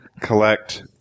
Collect